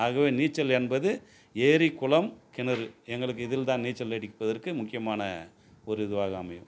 ஆகவே நீச்சல் என்பது ஏரி குளம் கிணறு தான் நீச்சல் அடிப்பதற்கு முக்கியமான ஒரு இதுவாக அமையும்